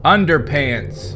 Underpants